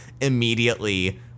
immediately